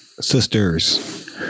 Sisters